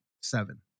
Seven